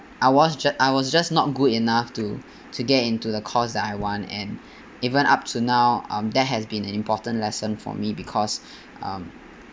I was just I was just not good enough to to get into the course that I want and even up to now um that has been an important lesson for me because um